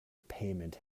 payment